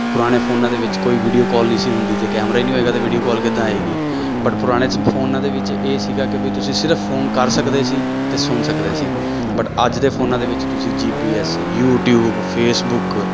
ਪੁਰਾਣੇ ਫੋਨਾਂ ਦੇ ਵਿੱਚ ਕੋਈ ਵੀਡੀਓ ਕੋਲ ਨਹੀਂ ਸੀ ਹੁੰਦੀ ਜੇ ਕੈਮਰਾ ਹੀ ਨਹੀਂ ਹੋਏਗਾ ਤਾਂ ਵੀਡੀਓ ਕਿੱਦਾਂ ਆਏਗੀ ਬਟ ਪੁਰਾਣੇ ਫੋਨਾਂ ਦੇ ਵਿੱਚ ਇਹ ਸੀਗਾ ਕਿ ਵੀ ਤੁਸੀਂ ਸਿਰਫ ਫੋਨ ਕਰ ਸਕਦੇ ਸੀ ਅਤੇ ਸੁਣ ਸਕਦੇ ਸੀ ਬਟ ਅੱਜ ਦੇ ਫੋਨਾਂ ਦੇ ਵਿੱਚ ਤੁਸੀਂ G P S YouTube Facebook